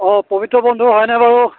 অঁ পবিত্ৰ বন্ধু হয়নে বাৰু